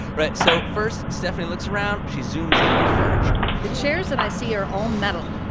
right. so first, stephani looks around. she zooms in on the furniture the chairs that i see are all metal.